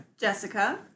Jessica